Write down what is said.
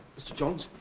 mr. jones?